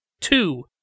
two